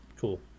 Cool